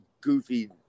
goofy